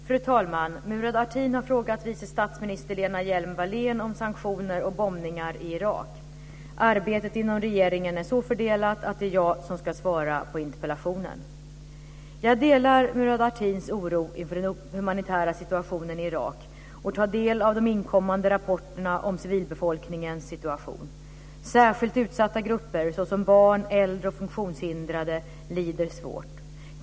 Fru talman! Murad Artin har frågat vice statsminister Lena Hjelm-Wallén om sanktioner och bombningar i Irak. Arbetet inom regeringen är så fördelat att det är jag som ska svara på interpellationen. Jag delar Murad Artins oro inför den humanitära situationen i Irak och tar del av inkommande rapporter om civilbefolkningens situation. Särskilt utsatta grupper, såsom barn, äldre och funktionshindrade, lider svårt.